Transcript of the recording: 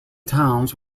towns